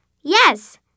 Yes